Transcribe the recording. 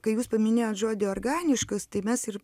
kai jūs paminėjot žodį organiškas tai mes ir